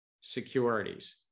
securities